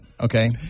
okay